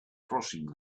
crossing